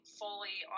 fully